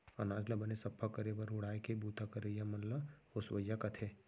अनाज ल बने सफ्फा करे बर उड़ाय के बूता करइया मन ल ओसवइया कथें